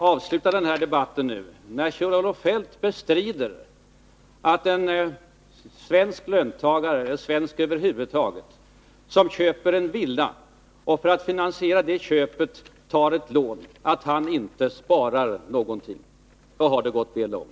Herr talman! Jag tror att vi skall avsluta den här debatten nu. När Kjell-Olof Feldt bestrider att en svensk löntagare, eller en svensk över huvud taget, som köper en villa och för att finansiera köpet tar ett lån inte sparar någonting, då har det gått väl långt.